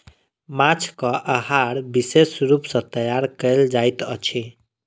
माँछक आहार विशेष रूप सॅ तैयार कयल जाइत अछि